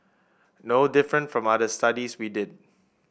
no different from other studies we did